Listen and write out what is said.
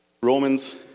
Romans